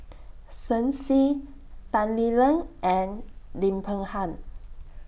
Shen Xi Tan Lee Leng and Lim Peng Han